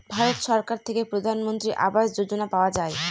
ভারত সরকার থেকে প্রধানমন্ত্রী আবাস যোজনা পাওয়া যায়